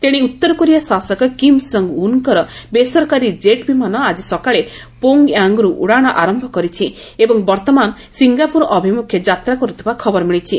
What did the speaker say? ତେଶେ ଉତ୍ତର କୋରିଆ ଶାସକ କିମ୍ କଙ୍ଗ୍ ଉନ୍ଙ୍କର ବେସରକାରୀ ଜେଟ୍ ବିମାନ ଆଜି ସକାଳେ ପୋଙ୍ଗ୍ୟାଙ୍ଗ୍ରର ଉଡ଼ାଣ ଆରମ୍ଭ କରିଛି ଏବଂ ବର୍ତ୍ତମାନ ସିଙ୍ଗାପୁର ଅଭିମୁଖେ ଯାତ୍ରା କରୁଥିବା ଖବର ମିଳିଛି